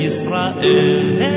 Israel